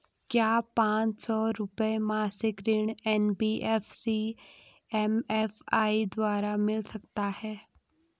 क्या पांच सौ रुपए मासिक ऋण एन.बी.एफ.सी एम.एफ.आई द्वारा मिल सकता है?